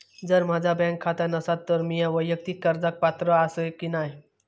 जर माझा बँक खाता नसात तर मीया वैयक्तिक कर्जाक पात्र आसय की नाय?